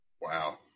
Wow